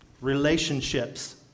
relationships